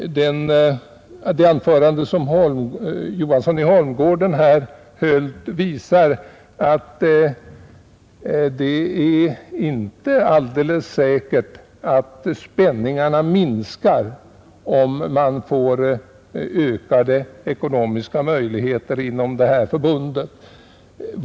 Det anförande som herr Johansson i Holmgården här höll visar att det inte är alldeles säkert att spänningarna minskar om man får ökade ekonomiska möjligheter inom Jägarnas riksförbund—Landsbygdens jägare att driva propaganda för splittring.